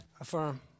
Affirm